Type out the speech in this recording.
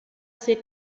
ser